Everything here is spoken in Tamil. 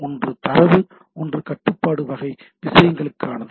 ஒன்று தரவு ஒன்று கட்டுப்பாட்டு வகை விஷயங்களுக்கானது